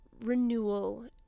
renewal